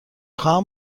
خواهم